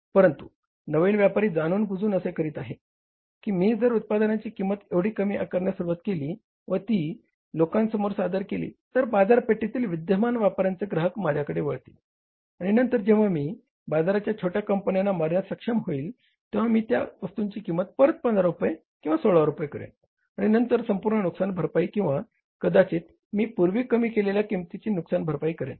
परंतु नवीन व्यापारी जाणूनबुजून असे करीत आहे की मी जर उत्पादनाची किंमत एवढी कमी आकारण्यास सुरुवात केली व ती लोकांसमोर सादर केली तर बाजारपेठेतील विद्यमान व्यापाऱ्यांचे ग्राहक माझ्याकडे वळतील आणि नंतर जेव्हा मी बाजाराच्या छोट्या कंपन्यांना मारण्यात सक्षम होईल तेव्हा मी त्या वस्तूंची किंमत परत 15 रुपये किंवा 16 रुपये करेन आणि नंतर संपूर्ण नुकसान भरपाई किंवा कदाचित मी पूर्वी कमी केलेल्या किंमतीची नुकसान भरपाई करेन